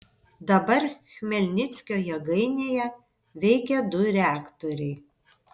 dabar chmelnickio jėgainėje veikia du reaktoriai